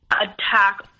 attack